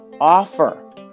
offer